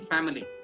Family